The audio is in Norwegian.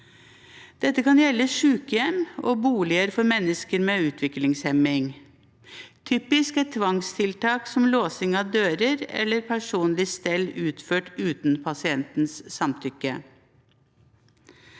Dette kan gjelde sykehjem og boliger for mennesker med utviklingshemming. Typiske eksempler er tvangstiltak som låsing av dører og personlig stell utført uten pasientens samtykke.